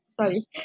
sorry